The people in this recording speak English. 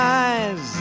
eyes